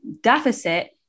deficit